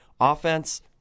offense